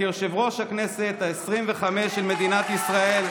כיושב-ראש הכנסת העשרים-וחמש של מדינת ישראל.